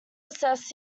assess